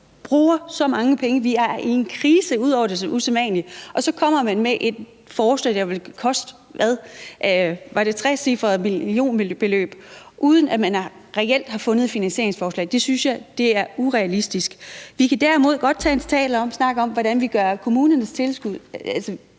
bruger så mange penge og er i en krise og bruger ud over det sædvanlige, og så kommer man med et forslag, der vil koste, var det et trecifret millionbeløb, uden at man reelt har fundet et finansieringsforslag. Det synes jeg er urealistisk. Vi kan derimod godt tage en snak om, hvordan man gør kommunernes tilskud